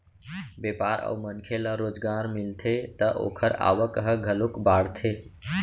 बेपार अउ मनखे ल रोजगार मिलथे त ओखर आवक ह घलोक बाड़थे